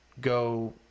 go